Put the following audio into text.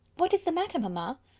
what is the matter mamma?